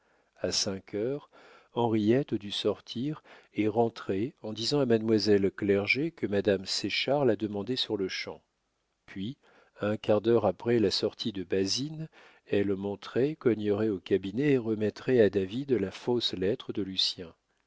a cinq heures henriette dut sortir et rentrer en disant à mademoiselle clerget que madame séchard la demandait sur-le-champ puis un quart d'heure après la sortie de basine elle monterait cognerait au cabinet et remettrait à david la fausse lettre de lucien